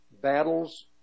battles